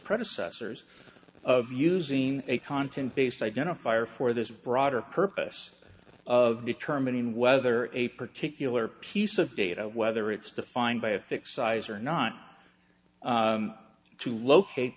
predecessors of using a content based identifier for this broader purpose of determining whether a particular piece of data whether it's defined by a fixed size or not to locate